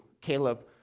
Caleb